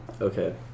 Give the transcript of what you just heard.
Okay